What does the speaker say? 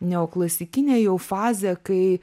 neoklasikinę jau fazę kai